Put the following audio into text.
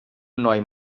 noi